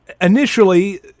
initially